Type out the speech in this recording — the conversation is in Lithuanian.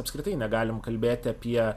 apskritai negalim kalbėti apie